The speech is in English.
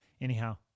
Anyhow